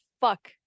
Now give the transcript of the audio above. fuck